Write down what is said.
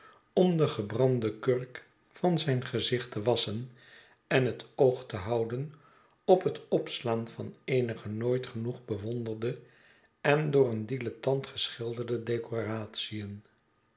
om de gebrande kurk van zijn gezicht te wasschen en het oog te houden op het opslaan van eenige nooit genoeg bewonderde en door een dilettant geschilderde decoratien